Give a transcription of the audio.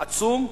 עצום,